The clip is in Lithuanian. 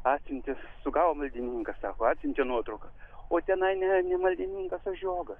atsiuntė sugavom maldininką sako atsiuntė nuotrauką o tenai ne ne maldininkas o žiogas